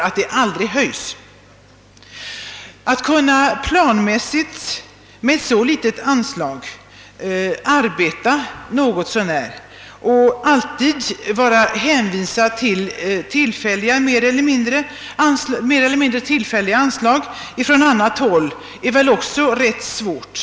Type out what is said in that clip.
Att kunna arbeta något så när planmässigt med ett så litet anslag och alltid vara hänvisad att lita till mer eller mindre tillfälliga anslag från andra håll är väl också rätt svårt.